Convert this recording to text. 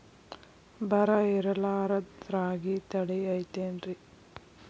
ಬರ ಇರಲಾರದ್ ರಾಗಿ ತಳಿ ಐತೇನ್ರಿ?